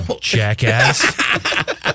jackass